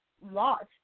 lost